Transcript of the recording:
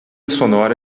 sonora